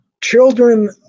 children